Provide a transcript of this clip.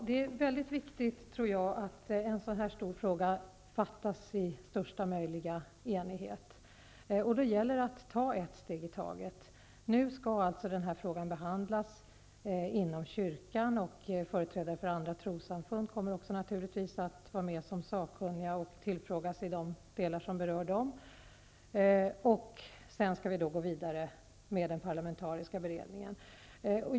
Herr talman! Det är mycket viktigt att en så här stor fråga beslutas i största möjliga enighet, och då gäller det att ta ett steg i taget. Nu skall alltså frågan behandlas inom kyrkan, och företrädare för andra trossamfund kommer naturligtvis också att vara med som sakkunniga och tillfrågas i de delar som berör dem. Sedan skall vi gå vidare med den parlamentariska beredningen.